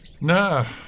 No